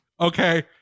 Okay